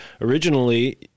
originally